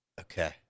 Okay